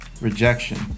rejection